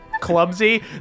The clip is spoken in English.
clumsy